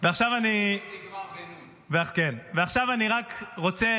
עכשיו אני רק רוצה